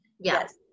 yes